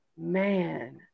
man